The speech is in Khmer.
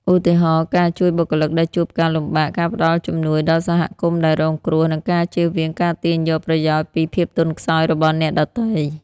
ឧទាហរណ៍ ការជួយបុគ្គលិកដែលជួបការលំបាក ការផ្ដល់ជំនួយដល់សហគមន៍ដែលរងគ្រោះ និងការជៀសវាងការទាញយកប្រយោជន៍ពីភាពទន់ខ្សោយរបស់អ្នកដទៃ។